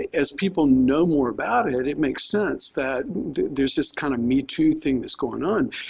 as people know more about it, it makes sense that there's this kind of me too thing that's going on.